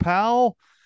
Powell